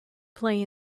play